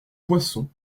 poisson